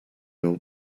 old